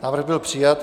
Návrh byl přijat.